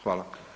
Hvala.